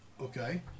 Okay